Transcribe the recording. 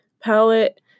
palette